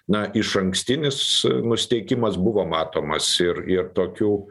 na išankstinis nusiteikimas buvo matomas ir ir tokių